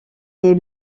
est